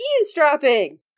eavesdropping